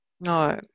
No